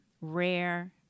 rare